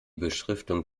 beschriftung